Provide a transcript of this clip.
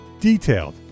Detailed